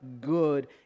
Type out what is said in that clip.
good